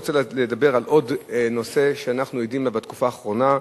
רוצה לדבר על עוד נושא שאנחנו עדים לו בתקופה האחרונה,